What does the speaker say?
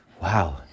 wow